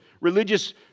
Religious